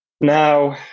Now